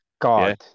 God